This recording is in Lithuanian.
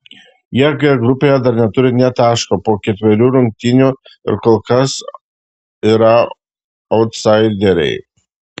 jie g grupėje dar neturi nė taško po ketverių rungtynių ir kol kas yra autsaideriai